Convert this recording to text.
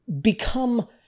become